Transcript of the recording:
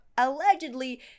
allegedly